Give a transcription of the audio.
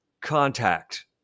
contact